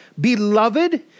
Beloved